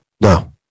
No